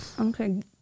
okay